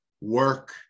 work